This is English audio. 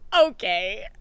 Okay